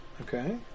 Okay